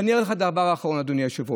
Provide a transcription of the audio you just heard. ואני אומר לך דבר אחרון, אדוני היושב-ראש.